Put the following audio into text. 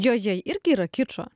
jojei irgi yra kičo